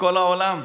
כל העולם,